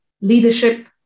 leadership